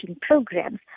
programs